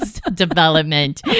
development